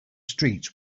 streets